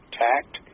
tact